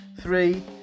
three